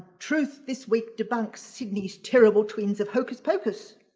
truth this week debunks sydney's terrible twins of hocus-pocus.